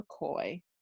McCoy